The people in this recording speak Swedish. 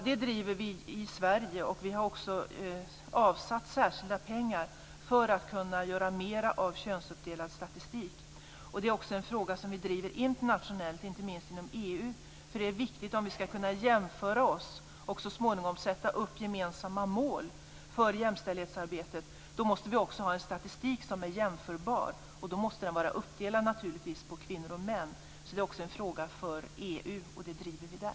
Det driver vi i Sverige, och vi har också avsatt särskilda pengar för att kunna göra mera av könsuppdelad statistik. Det är också en fråga som vi driver internationellt, inte minst inom EU. Det är viktigt om vi ska kunna jämföra oss och så småningom sätta upp gemensamma mål för jämställdhetsarbetet. Då måste vi också ha en statistik som är jämförbar, och då måste den vara uppdelad på kvinnor och män. Det är också en fråga för EU, och den driver vi där.